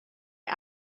est